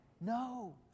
No